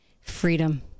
freedom